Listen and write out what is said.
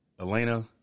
Elena